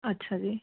ਅੱਛਾ ਜੀ